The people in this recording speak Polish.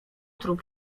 trup